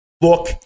Look